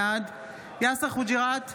בעד יאסר חוג'יראת,